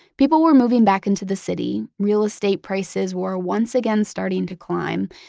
people were moving back into the city, real estate prices were a once again starting to climb,